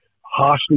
harshly